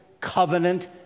covenant